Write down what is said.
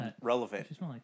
relevant